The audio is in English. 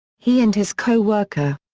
he and his co-worker,